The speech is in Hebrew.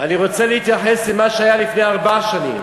אני רוצה להתייחס למה שהיה לפני ארבע שנים